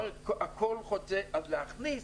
להכניס